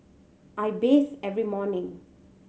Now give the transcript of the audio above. I bathe every morning